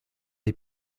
des